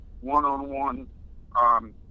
one-on-one